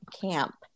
camp